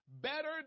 better